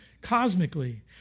cosmically